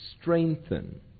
strengthen